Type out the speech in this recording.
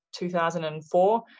2004